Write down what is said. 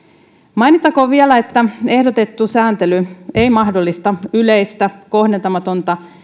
mainittakoon vielä että ehdotettu sääntely ei mahdollista yleistä kohdentamatonta